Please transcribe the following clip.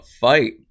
fight